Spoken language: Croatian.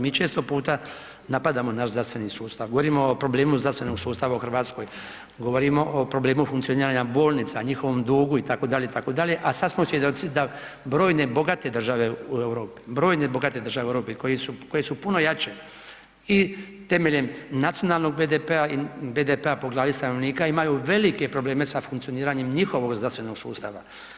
Mi često puta napadamo naš zdravstveni sustav, govorimo o problemu zdravstvenog sustava u Hrvatskoj, govorimo o problemu funkcioniranja bolnica, njihovom dugu itd., itd., a sada smo svjedoci da brojne bogate države u Europi koje su puno jače i temeljem nacionalnog BDP-a po glavi stanovnika imaju velike probleme sa funkcioniranjem njihovog zdravstvenog sustava.